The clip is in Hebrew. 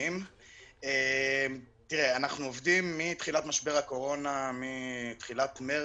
אנחנו עובדים מתחילת משבר הקורונה, מתחילת מרץ,